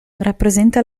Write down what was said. rappresenta